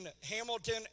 Hamilton